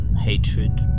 hatred